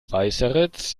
weißeritz